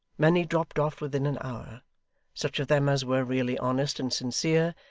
many dropped off within an hour such of them as were really honest and sincere,